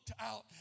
out